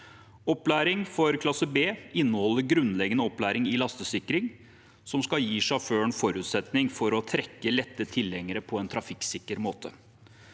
Opplæring for klasse B inneholder grunnleggende opplæring i lastesikring, som skal gi sjåføren forutsetning for å trekke lette tilhengere på en trafikksikker måte.